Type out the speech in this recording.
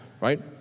right